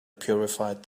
purified